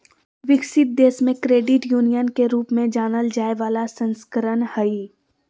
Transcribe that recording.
विकसित देश मे क्रेडिट यूनियन के रूप में जानल जाय बला संस्करण हइ